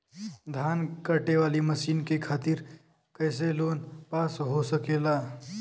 धान कांटेवाली मशीन के खातीर कैसे लोन पास हो सकेला?